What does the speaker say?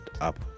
up